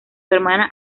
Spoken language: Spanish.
hermana